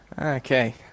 Okay